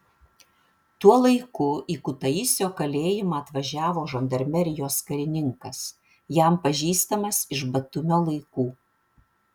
tuo laiku į kutaisio kalėjimą atvažiavo žandarmerijos karininkas jam pažįstamas iš batumio laikų